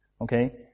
okay